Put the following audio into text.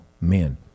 men